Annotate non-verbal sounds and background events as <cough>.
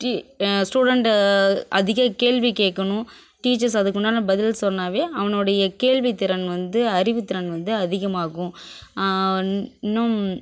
<unintelligible> ஸ்டூடெண்ட்டை அதிக கேள்வி கேட்கணும் டீச்சர்ஸ் அதுக்கு உண்டான பதில் சொன்னாவே அவனுடைய கேள்வி திறன் வந்து அறிவு திறன் வந்து அதிகமாகும் இன்னும்